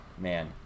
Man